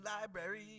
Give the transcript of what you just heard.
Library